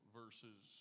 verses